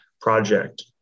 Project